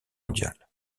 mondiale